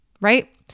Right